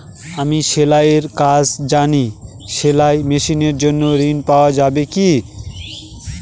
আমি সেলাই এর কাজ জানি সেলাই মেশিনের জন্য ঋণ পাওয়া যাবে কি?